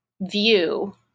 view